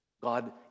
God